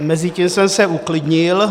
Mezitím jsem se uklidnil.